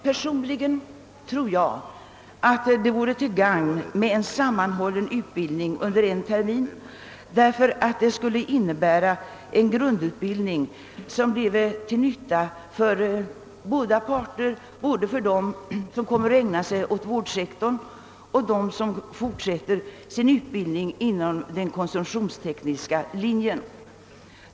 Personligen tror jag det vore till gagn med en sammanhållen utbildning under en termin, därför att det skulle innebära en grundutbildning som bleve till nytta för bägge parter, både för dem som kommer att ägna sig åt vårdsektorn och för dem som fortsätter sin utbildning inom den konsumtionstekniska linjen.